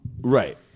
Right